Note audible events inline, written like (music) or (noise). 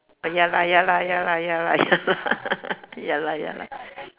ya lah ya lah ya lah ya lah (laughs) ya ya lah ya lah